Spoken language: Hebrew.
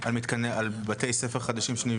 אין חובה.